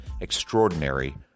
Extraordinary